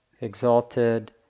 exalted